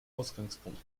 ausgangspunkt